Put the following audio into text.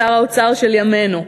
שר האוצר של ימינו.